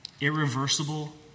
Irreversible